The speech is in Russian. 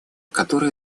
которая